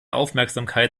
aufmerksamkeit